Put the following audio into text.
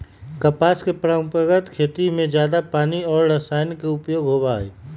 कपास के परंपरागत खेतियन में जादा पानी और रसायन के उपयोग होबा हई